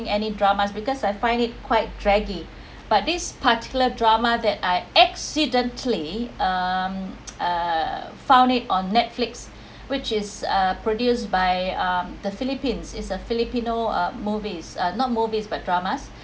any drama because I find it quite draggy but this particular drama that I accidentally um uh found it on netflix which is uh produced by um the philippines is a filipino uh movies uh not movies but dramas